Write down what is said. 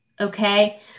okay